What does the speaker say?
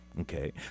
Okay